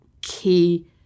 key